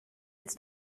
its